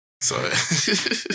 Sorry